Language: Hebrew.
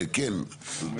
לא.